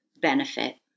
benefit